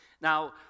Now